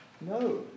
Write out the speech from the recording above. No